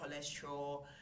cholesterol